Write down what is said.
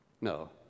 No